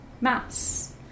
mass